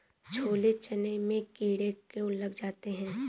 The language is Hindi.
छोले चने में कीड़े क्यो लग जाते हैं?